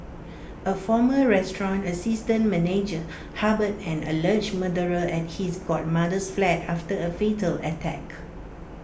A former restaurant assistant manager harboured an alleged murderer at his godmother's flat after A fatal attack